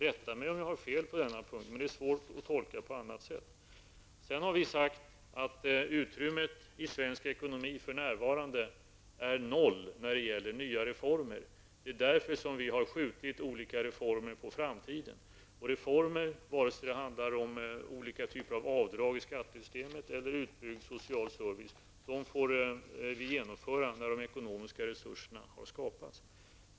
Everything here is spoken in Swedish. Rätta mig om jag har fel på denna punkt, men det är svårt att tolka det på något annat sätt. Vi har sagt att utrymmet i svensk ekonomi för närvarande är noll när det gäller nya reformer. Det är därför som vi har skjutit olika reformer på framtiden. Reformer, vare sig de handlar om olika typer av avdrag i skattesystemet eller utbyggd social service, får vi genomföra när de ekonomiska resurserna för detta har skapats.